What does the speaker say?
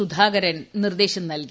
സുധാകരൻ നിർദ്ദേശം നൽകി